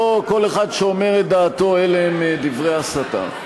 לא כל אחד שאומר את דעתו, אלה הם דברי הסתה.